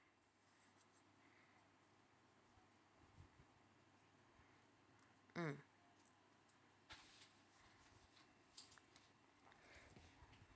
mm